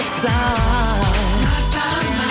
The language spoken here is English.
side